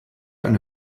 eine